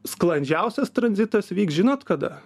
sklandžiausias tranzitas vyks žinot kada